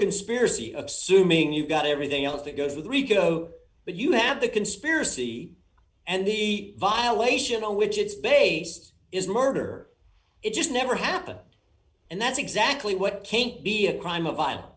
conspiracy of sue meaning you got everything else that goes with rico but you have the conspiracy and the violation on which it's based is murder it just never happened and that's exactly what can't be a crime of vio